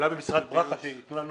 אולי ממשרד ברכה ייתנו לנו